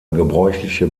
gebräuchliche